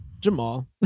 jamal